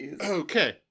Okay